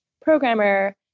programmer